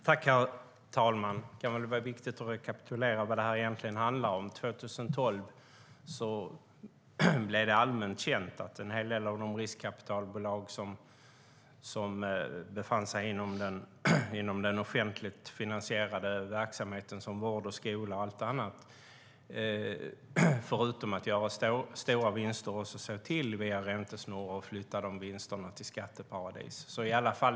Herr talman! Det kan vara viktigt att rekapitulera vad detta egentligen handlar om. År 2012 blev det allmänt känt att en del av riskkapitalbolagen inom den offentligt finansierade verksamheten, såsom vård och skola, förutom att göra stora vinster såg till att via räntesnurror flytta dessa vinster till skatteparadis.